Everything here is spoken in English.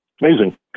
Amazing